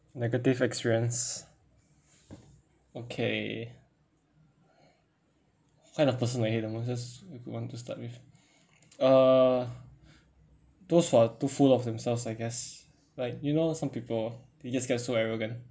negative experience okay kind of person I hate the most that's you want to start with uh those who are too full of themselves I guess like you know some people they just get so arrogant